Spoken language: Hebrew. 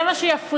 זה מה שיפריע?